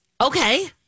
Okay